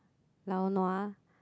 lao nua